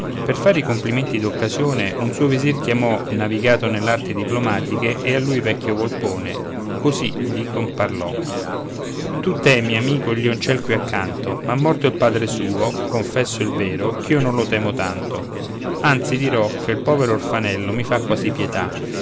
per fare i complimenti d'occasione un suo visir chiamò navigato nell'arti diplomatiche e a lui vecchio volpone così dicon parlò tu temi amico il lioncel qui accanto ma morto il padre suo confesso il vero ch'io non lo temo tanto anzi dirò che il povero orfanello mi fa quasi pietà